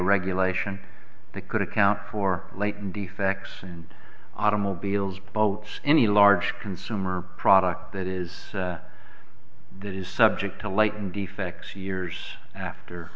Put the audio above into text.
regulation that could account for latent defects and automobiles boats any large consumer product that is that is subject to light and defects years after